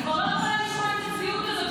אני כבר לא יכולה לשמוע את הצביעות הזאת,